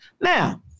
Now